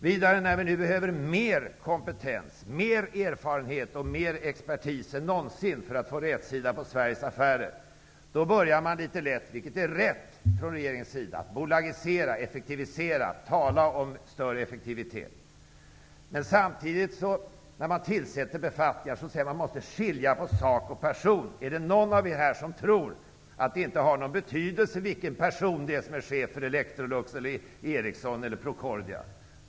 Vidare: När vi nu behöver mer kompetens, mer erfarenhet och mer expertis än någonsin för att få rätsida på Sveriges affärer börjar man litet lätt från regeringens sida -- vilket är rätt -- bolagisera, effektivisera och tala om större effektivitet. Men samtidigt säger man när man tillsätter befattningar att man måste ''skilja på sak och person''. Är det någon av er här som tror att det inte har någon betydelse vilken person som är chef för Electrolux, Ericsson eller Procordia?